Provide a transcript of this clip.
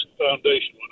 Foundation